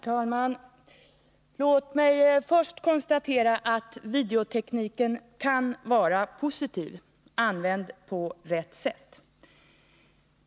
Herr talman! Låt mig först konstatera att videotekniken kan vara positiv, använd på rätt sätt.